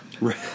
right